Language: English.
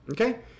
Okay